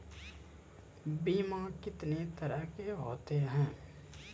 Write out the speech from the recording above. बीमा कितने तरह के होते हैं?